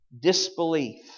disbelief